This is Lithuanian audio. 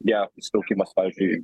jav įsitraukimas pavyzdžiui